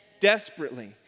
Desperately